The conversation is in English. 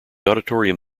auditorium